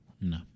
No